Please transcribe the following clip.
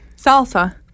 Salsa